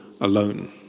alone